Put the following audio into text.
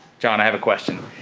john, i have a question.